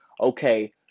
Okay